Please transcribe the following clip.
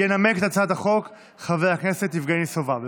ינמק את הצעת החוק חבר הכנסת יבגני סובה.